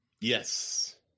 Yes